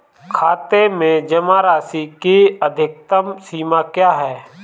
खाते में जमा राशि की अधिकतम सीमा क्या है?